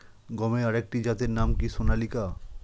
গমের আরেকটি জাতের নাম কি সোনালিকা?